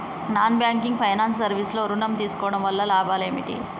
Non banking finance service లో ఋణం తీసుకోవడం వల్ల లాభాలు ఏమిటి?